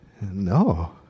No